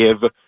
give